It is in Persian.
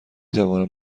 توانم